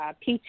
PT